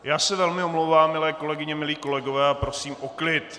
Já se velmi omlouvám, milé kolegyně, milí kolegové, a prosím o klid!